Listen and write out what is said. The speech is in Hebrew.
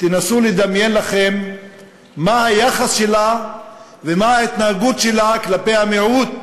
תנסו לדמיין לכם מה היחס שלה ומה ההתנהגות שלה כלפי המיעוט